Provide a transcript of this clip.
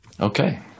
Okay